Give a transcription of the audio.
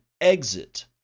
exit